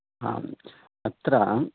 आम् अत्र